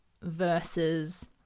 versus